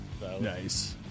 Nice